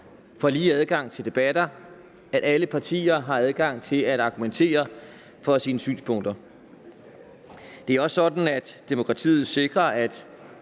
får lige adgang til debatter, og at alle partier har adgang til at argumentere for deres synspunkter. Det er også sådan, at demokratiet sikrer, at